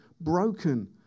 broken